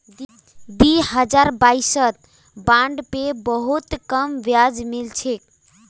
दी हजार बाईसत बॉन्ड पे बहुत कम ब्याज मिल छेक